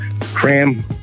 Cram